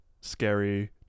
scary